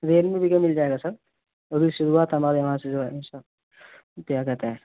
real می بھی کا مل جائے گا سر ابھی شروعات ہمارے وہاں سے جو ہے اس کا کیا کہتے ہیں